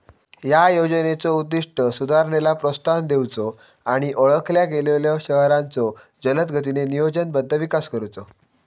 या योजनेचो उद्दिष्ट सुधारणेला प्रोत्साहन देऊचो आणि ओळखल्या गेलेल्यो शहरांचो जलदगतीने नियोजनबद्ध विकास करुचो